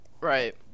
Right